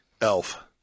Elf